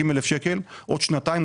60,000 שקלים עוד שנתיים,